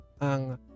ang